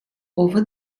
over